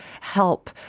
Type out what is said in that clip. help